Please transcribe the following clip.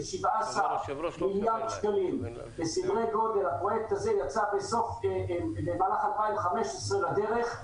17 מיליארד שקלים הפרויקט הזה יצא במהלך 2015 לדרך.